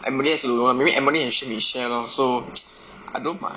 emily also don't want maybe emily and shi min share lor so I don't mind